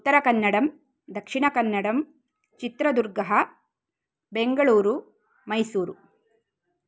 उत्तरकन्नडं दक्षिणकन्नडं चित्रदुर्गः बेङ्गलुरु मैसूरु